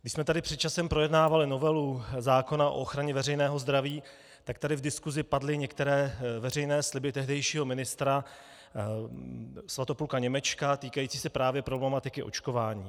Když jsme tady před časem projednávali novelu zákona o ochraně veřejného zdraví, tak tady v diskusi padly některé veřejné sliby tehdejšího ministra Svatopluka Němečka týkající se právě problematiky očkování.